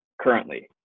currently